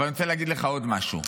אבל אני רוצה להגיד לך עוד משהו,